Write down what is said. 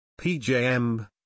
PJM